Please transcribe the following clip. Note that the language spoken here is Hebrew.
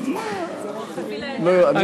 לא,